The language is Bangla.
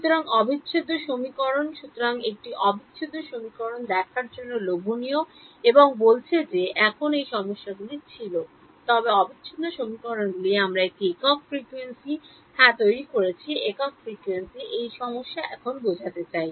সুতরাং অবিচ্ছেদ্য সমীকরণ সুতরাং সামান্য এটি অবিচ্ছেদ্য সমীকরণগুলি দেখার জন্য লোভনীয় এবং বলছে যে এখন এই সমস্যাগুলি ছিল তবে অবিচ্ছেদ্য সমীকরণগুলি আমরা একটি একক ফ্রিকোয়েন্সি এ হ্যাঁ তৈরি করেছি একক ফ্রিকোয়েন্সি এই সমস্যা এখন আমি বোঝাতে চাই